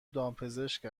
دامپزشک